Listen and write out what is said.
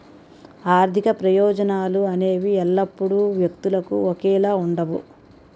ఆర్థిక ప్రయోజనాలు అనేవి ఎల్లప్పుడూ వ్యక్తులకు ఒకేలా ఉండవు